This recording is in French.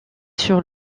sur